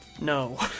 no